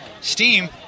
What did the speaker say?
steam